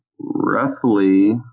roughly